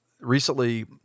recently